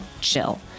chill